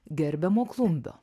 gerbiamo klumbio